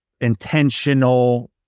intentional